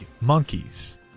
monkeys